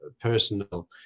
personal